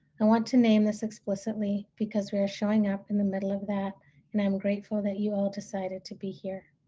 i want to name this explicitly because we are showing up in the middle of that and i am grateful that you all decided to be here.